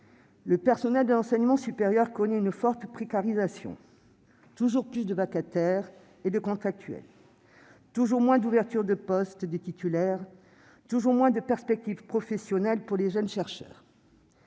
Le personnel de l'enseignement supérieur connaît une forte précarisation : toujours plus de vacataires et de contractuels, toujours moins d'ouvertures de poste de titulaire, toujours moins de perspectives professionnelles pour les jeunes chercheurs.